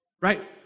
right